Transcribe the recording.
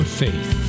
faith